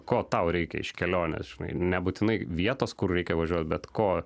ko tau reikia iš kelionės žinai nebūtinai vietos kur reikia važiuot bet ko